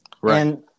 Right